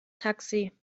taxi